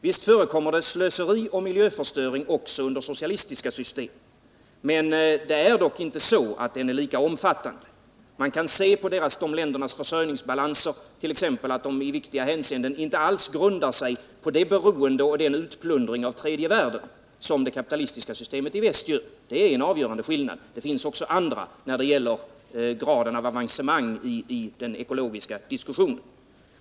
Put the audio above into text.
Visst förekommer det slöseri och miljöförstöring också under socialistiska system, men de är dock inte lika omfattande. Man kan se på de ländernas försörjningsbalanser t.ex. att de i viktiga hänseenden inte alls grundar sig på samma beroende och utplundring av den tredje världen som det kapitalistiska systemet i väst. Det är den avgörande skillnaden. Det finns också andra när det gäller graden av avancemang i den ekologiska diskussionen.